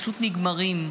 פשוט נגמרים.